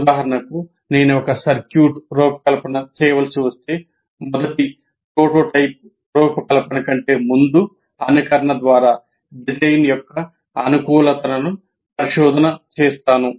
ఉదాహరణకు నేను ఒక సర్క్యూట్ రూపకల్పన చేయవలసి వస్తే మొదటి ప్రోటోటైప్ కల్పనకు ముందు అనుకరణ ద్వారా డిజైన్ యొక్క అనుకూలతను పరిశోధన చేస్తాను